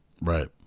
Right